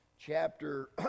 chapter